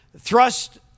thrust